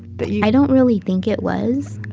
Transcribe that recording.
but i don't really think it was.